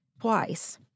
twice